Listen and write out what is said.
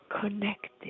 connected